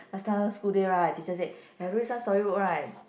last time school day right teacher say have this one storybook right